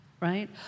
right